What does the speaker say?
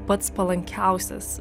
pats palankiausias